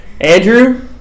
Andrew